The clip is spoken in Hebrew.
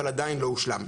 אבל עדיין לא הושלם.